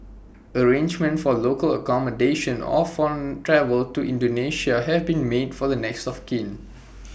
arrangements for local accommodation or for travel to Indonesia have been made for the next of kin